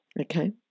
Okay